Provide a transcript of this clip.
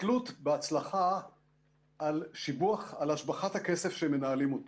כתלות בהצלחה על השבחת הכסף שהם מנהלים אותו.